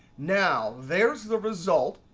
now there's the result.